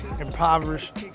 impoverished